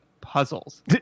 puzzles